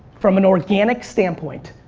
from an organic standpoint,